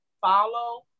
follow